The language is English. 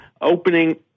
opening